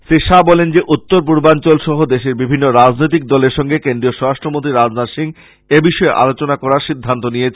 তিনি বলেন যে উত্তর পূর্বাঞ্চল সহ দেশের বিভিন্ন রাজনৈতিক দলের সঙ্গে কেন্দ্রীয় স্বরাষ্ট্র মন্ত্রী রাজনাথ সিং এ বিষয়ে আলোচনা করার সিদ্ধান্ত নিয়েছেন